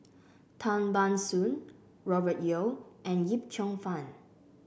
Tan Ban Soon Robert Yeo and Yip Cheong Fun